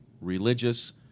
religious